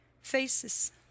Faces